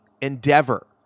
endeavor